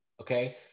Okay